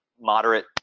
moderate